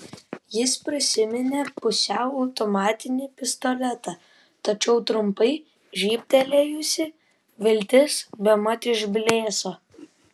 jis prisiminė pusiau automatinį pistoletą tačiau trumpai žybtelėjusi viltis bemat išblėso